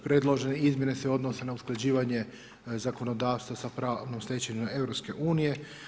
Predložene izmjene se odnose na usklađivanje zakonodavstva sa pravnom stečevinom Europske unije.